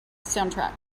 soundtrack